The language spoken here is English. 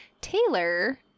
Taylor